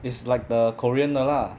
it's like the korean 的 lah